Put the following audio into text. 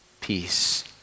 peace